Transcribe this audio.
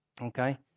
Okay